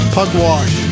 Pugwash